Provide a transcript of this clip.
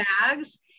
bags